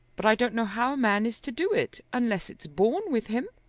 but i don't know how a man is to do it, unless it's born with him.